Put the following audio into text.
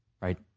right